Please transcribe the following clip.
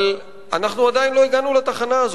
אבל אנחנו עדיין לא הגענו לתחנה הזו,